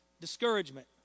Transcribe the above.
Discouragement